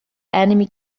enemy